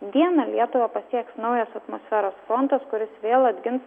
dieną lietuvą pasieks naujas atmosferos frontas kuris vėl atgins